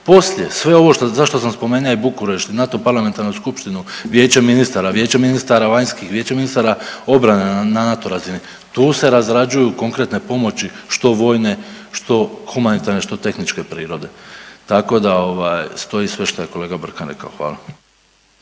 Poslije sve ovo što, zašto sam spomenuo i Bukurešt, NATO parlamentarnu skupštinu, vijeće ministara, vijeće ministara vanjskih, vijeće ministara obrane na NATO razini tu se razrađuju tu se razrađuju konkretne pomoći, što vojne, što humanitarne, što tehničke prirode tako da ovaj stoji sve što kolega Brkan rekao. Hvala.